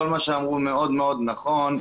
כל מה שאמרו מאוד מאוד נכון,